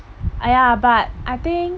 !aiya! but I think